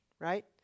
Right